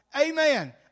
Amen